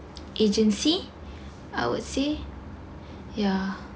agency I would say ya